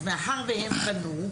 אז מאחר והם פנו,